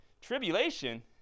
Tribulation